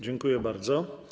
Dziękuję bardzo.